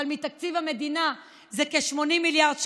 אבל מתקציב המדינה זה כ-80 מיליארד שקלים.